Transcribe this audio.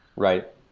right,